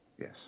Yes